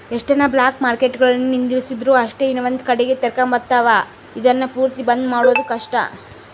ಎಷ್ಟನ ಬ್ಲಾಕ್ಮಾರ್ಕೆಟ್ಗುಳುನ್ನ ನಿಂದಿರ್ಸಿದ್ರು ಅಷ್ಟೇ ಇನವಂದ್ ಕಡಿಗೆ ತೆರಕಂಬ್ತಾವ, ಇದುನ್ನ ಪೂರ್ತಿ ಬಂದ್ ಮಾಡೋದು ಕಷ್ಟ